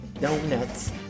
Donuts